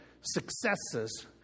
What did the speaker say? successes